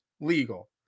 legal